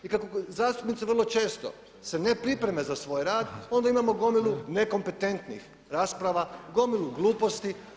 I kako zastupnici vrlo često se ne pripreme za svoj rad onda imamo gomilu nekompetentnih rasprava, gomilu gluposti.